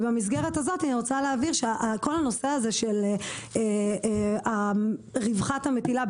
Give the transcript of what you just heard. במסגרת הזו אני רוצה להבהיר שהנושא של רווחת המטילה,